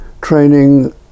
training